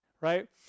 right